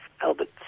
Albert